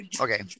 okay